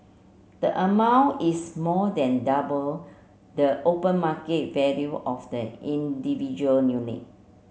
the amount is more than double the open market value of the individual unit